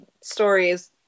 stories